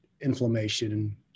inflammation